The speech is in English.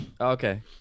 Okay